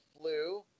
flu